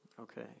Okay